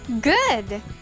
Good